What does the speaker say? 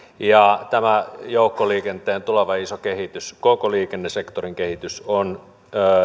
tämä joukkoliikenteen tuleva iso kehitys koko liikennesektorin kehitys on